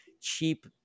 cheap